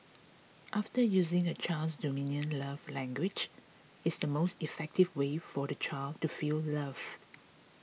after using a child's dominant love language is the most effective way for the child to feel loved